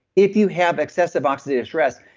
if you have excessive oxidative stress,